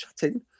chatting